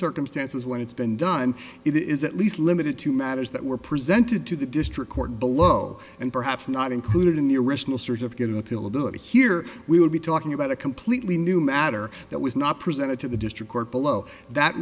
circumstances when it's been done it is at least limited to matters that were presented to the district court below and perhaps not included in the original series of getting the pill ability here we would be talking about a completely new matter that was not presented to the district court below that